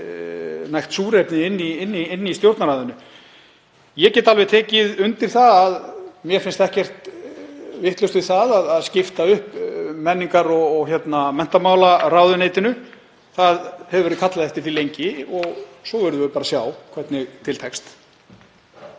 nægt súrefni inni í Stjórnarráðinu. Ég get alveg tekið undir það að mér finnst ekkert vitlaust við það að skipta menningar- og menntamálaráðuneytinu upp. Það hefur verið kallað eftir því lengi og svo verðum við bara að sjá hvernig til tekst.